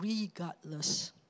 regardless